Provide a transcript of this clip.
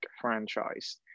franchise